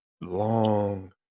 long